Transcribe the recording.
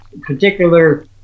particular